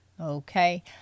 okay